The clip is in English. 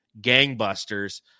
gangbusters